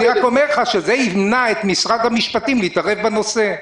אני רק אומר לך שזה ימנע את משרד המשפטים להתערב בנושא.